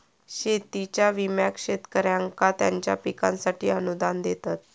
शेतीच्या विम्याक शेतकऱ्यांका त्यांच्या पिकांसाठी अनुदान देतत